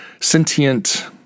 sentient